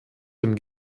dem